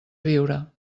viure